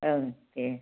ओं दे